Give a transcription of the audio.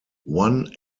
one